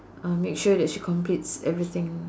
uh make sure that she completes everything